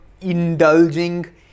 indulging